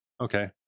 Okay